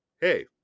hey